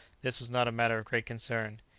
this was not a matter of great concern.